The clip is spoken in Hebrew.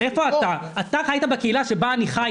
אתה חיית בקהילה שבה אני חי.